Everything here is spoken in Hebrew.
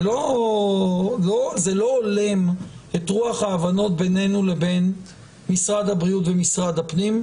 זה לא הולם את רוח ההבנות בינינו לבין משרד הבריאות ומשרד הפנים,